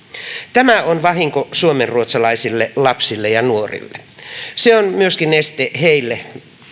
tämä on vahinko suomenruotsalaisille lapsille ja nuorille se on myöskin este heille